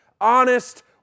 honest